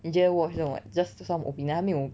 你觉得 watch 这种 like just some opinion 他没有